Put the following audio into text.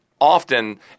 often